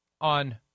on